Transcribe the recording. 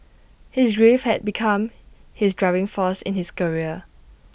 his grief had become his driving force in his career